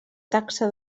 taxa